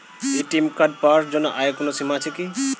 ATM card পাওয়ার জন্য আয়ের কোনো সীমা আছে কি?